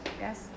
Yes